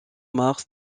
mars